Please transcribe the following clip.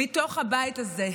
מתוך הבית הזה,